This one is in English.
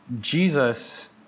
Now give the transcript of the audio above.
Jesus